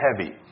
heavy